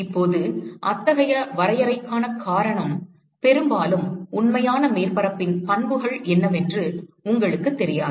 இப்போது அத்தகைய வரையறைக்கான காரணம் பெரும்பாலும் உண்மையான மேற்பரப்பின் பண்புகள் என்னவென்று உங்களுக்குத் தெரியாது